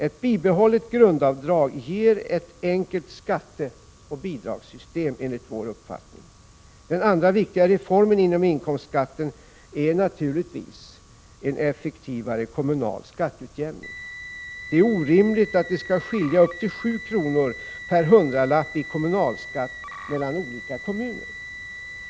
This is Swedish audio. Ett bibehållet grundavdrag ger ett enkelt skatteoch bidragssystem. Den andra viktiga reformen beträffande inkomstskatten är naturligtvis en effektivare kommunal skatteutjämning. Det är orimligt att det skall skilja upp till 7 kr. per hundralapp i kommunalskatt mellan olika kommuner.